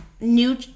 New